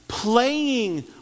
Playing